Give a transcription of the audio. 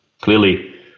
clearly